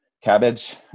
Cabbage